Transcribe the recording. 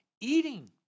eating